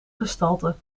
gestalte